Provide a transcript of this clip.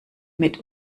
mit